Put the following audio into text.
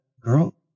girl